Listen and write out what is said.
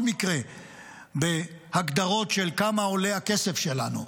מקרה בהגדרות של כמה עולה הכסף שלנו.